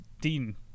Dean